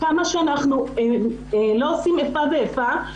כמה שאנחנו לא עושים איפה ואיפה,